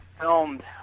filmed